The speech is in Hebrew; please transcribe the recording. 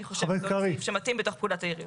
אני חושבת שזה הסעיף המתאים בתוך פקודת העיריות.